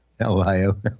Ohio